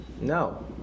No